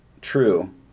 true